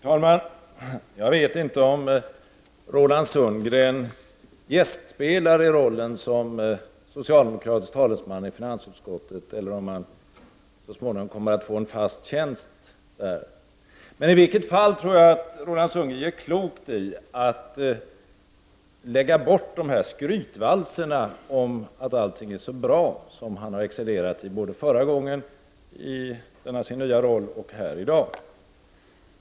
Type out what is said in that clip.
Herr talman! Jag vet inte om Roland Sundgren gästspelar i rollen som socialdemokratisk talesman i finansutskottet, eller om han så småningom kommer att få en fast tjänst där. I vilket fall som helst tror jag att Roland Sundgren gör klokt i att lägga bort skrytvalserna om att allt är så bra, som han har excellerat i såväl förra gången i denna sin nya roll som här i dag.